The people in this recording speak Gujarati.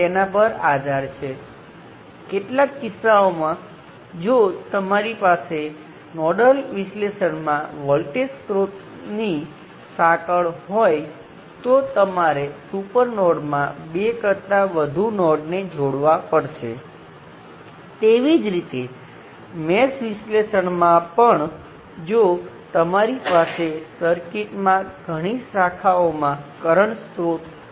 તેથી જો તમારી પાસે ઘણાં બધાં વોલ્ટેજ સ્ત્રોત હોય જે સમાન મૂલ્યનાં હોય અને જો તમે તેને સમાંતર જોડો તો પરિણામે તે મૂલ્યના એક વોલ્ટેજ સ્ત્રોતની સમકક્ષ છે